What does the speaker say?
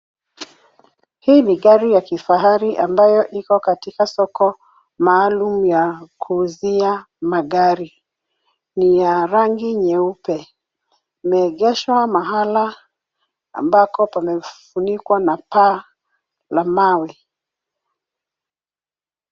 Hii ni gari ya kifahari ambayo iko katika soko maalum ya kuuzia magari, ni ya rangi nyeupe, imeegeshwa mahala ambapo pamefunikwa na paa la mawe.